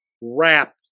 wrap